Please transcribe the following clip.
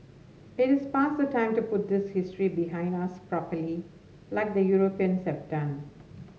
it is past the time to put this history behind us properly like the Europeans have done